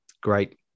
great